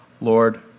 Lord